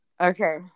Okay